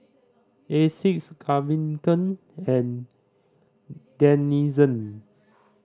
Asics Gaviscon and Denizen